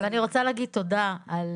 ואני רוצה להגיד תודה על